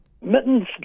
Mittens